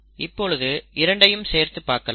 இப்பொழுது இரண்டையும் சேர்த்துப் பார்க்கலாம்